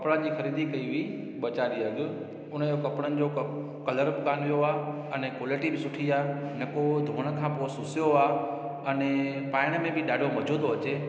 कपिड़न जी ख़रीदी कई हुई ॿ चारि ॾींहं अॻु उनजो कपिड़न जो कलर बि कोन्ह वियो आहे अने क़्वालिटी बि सुठी आहे न को उहो धोअण खां पोइ सुसियो आहे अने पाइण में बि ॾाढो मज़ो थो अचे